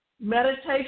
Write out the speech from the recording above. Meditation